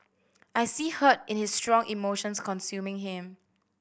I see hurt and his strong emotions consuming him